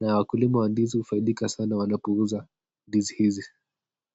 na wakulima wa ndizi hufaidika sana wanapouza ndizi hizi.